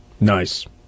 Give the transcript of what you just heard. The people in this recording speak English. Nice